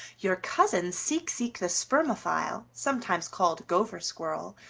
your cousin, seek seek the spermophile, sometimes called gopher squirrel,